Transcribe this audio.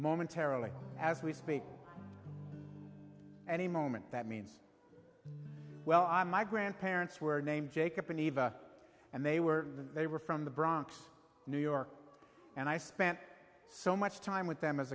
momentarily as we speak any moment that means well my grandparents were named jacob an eva and they were they were from the bronx new york and i spent so much time with them as